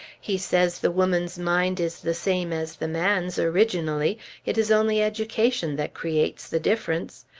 he says the woman's mind is the same as the man's, originally it is only education that creates the difference.